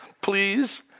please